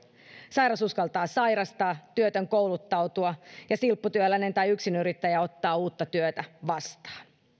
sairas uskaltaa sairastaa työtön kouluttautua ja silpputyöläinen tai yksinyrittäjä ottaa uutta työtä vastaan